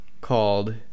called